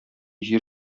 җир